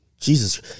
Jesus